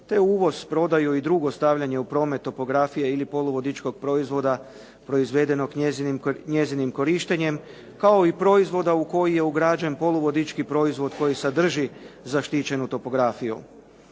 te uvoz, prodaju i drugo stavljanje u promet topografije ili poluvodičkog proizvoda proizvedenog njezinim korištenjem, kao i proizvoda u koji je ugrađen poluvodički proizvod koji sadrži zaštićenu topografiju.